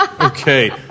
Okay